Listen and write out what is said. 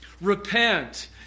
Repent